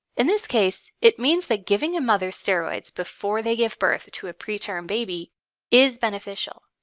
in this case, it means that giving a mother steroids before they give birth to a preterm baby is beneficial.